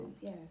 yes